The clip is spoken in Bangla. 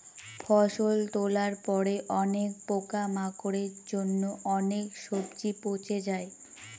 ফসল তোলার পরে অনেক পোকামাকড়ের জন্য অনেক সবজি পচে যায়